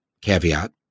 caveat